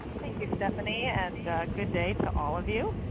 thank you, stephanie. and good day to all of you.